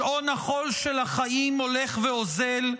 שעון החול של החיים הולך ואוזל.